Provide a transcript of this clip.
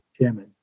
chairman